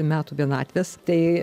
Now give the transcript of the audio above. metų vienatvės tai